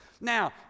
Now